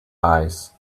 eyes